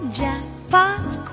jackpot